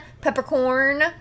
peppercorn